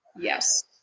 Yes